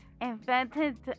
invented